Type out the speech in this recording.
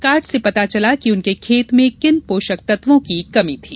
card से पता चला कि उनके खेत में किन पोषक तत्वों की कमी थी